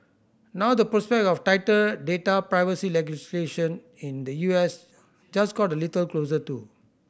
now the prospect of tighter data privacy legislation in the U S just got a little closer too